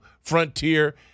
frontier